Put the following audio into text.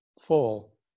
full